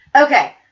Okay